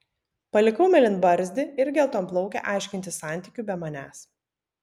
palikau mėlynbarzdį ir geltonplaukę aiškintis santykių be manęs